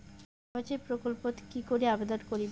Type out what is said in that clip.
সামাজিক প্রকল্পত কি করি আবেদন করিম?